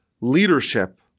leadership